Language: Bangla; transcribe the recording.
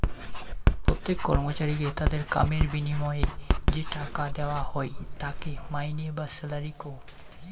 প্রত্যেক কর্মচারীকে তাদের কামের বিনিময়ে যে টাকা দেওয়া হই তাকে মাইনে বা স্যালারি কহু